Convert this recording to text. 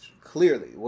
clearly